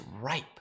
ripe